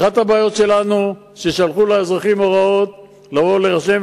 אחת הבעיות שלנו היתה ששלחו לאזרחים הוראות לבוא להירשם,